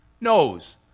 knows